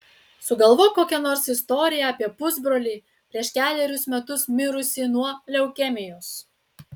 sugalvok kokią nors istoriją apie pusbrolį prieš kelerius metus mirusį nuo leukemijos